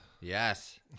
Yes